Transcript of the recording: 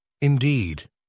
Indeed